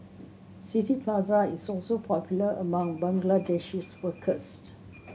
City Plaza is also popular among Bangladeshi workers